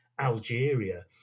Algeria